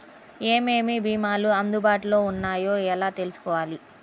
ఏమేమి భీమాలు అందుబాటులో వున్నాయో ఎలా తెలుసుకోవాలి?